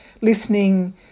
listening